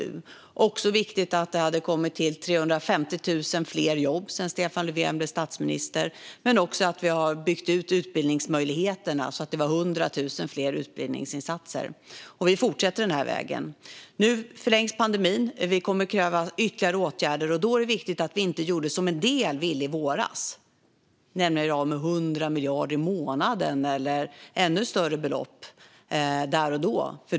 Det var också viktigt att det hade kommit till 350 000 jobb sedan Stefan Löfven blev statsminister. Det handlar även om att vi hade byggt ut utbildningsmöjligheterna så att det fanns 100 000 fler utbildningsplatser. Och vi fortsätter på den här vägen. Nu förlängs pandemin, och det kommer att krävas ytterligare åtgärder. Då är det viktigt att vi inte gjorde som en del ville i våras, nämligen att göra av med 100 miljarder i månaden eller ännu större belopp där och då.